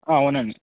అవునండి